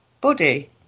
body